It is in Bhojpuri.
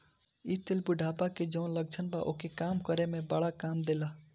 इ तेल बुढ़ापा के जवन लक्षण बा ओके कम करे में बड़ा काम देला